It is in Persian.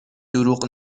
دروغ